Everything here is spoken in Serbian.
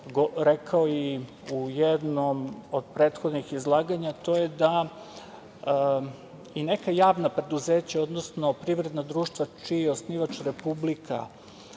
rekao i u jednom od prethodnih izlaganja, to je da i neka javna preduzeća, odnosno privredna društva čiji je osnivač Republika